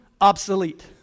obsolete